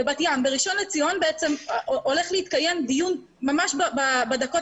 בבת ים - כאשר בראשון לציון הולך להתקיים דיון ממש בדקות